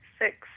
Six